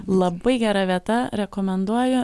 labai gera vieta rekomenduoju